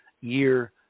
year